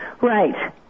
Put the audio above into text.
Right